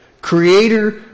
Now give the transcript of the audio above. creator